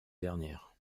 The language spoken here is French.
dernière